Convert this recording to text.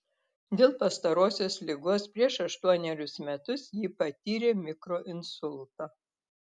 dėl pastarosios ligos prieš aštuonerius metus ji patyrė mikroinsultą